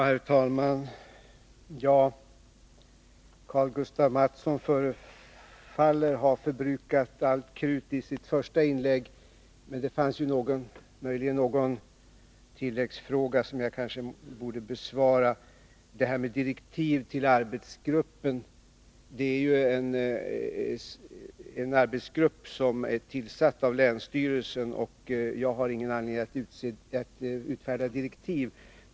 Herr talman! Karl-Gustaf Mathsson förefaller att ha förbrukat allt krut i sitt första inlägg. Men det finns möjligen någon tilläggsfråga som jag borde besvara. När det gäller direktiv till arbetsgruppen, så är det en arbetsgrupp som är tillsatt av länsstyrelsen, och jag har ingen anledning att utfärda direktiv.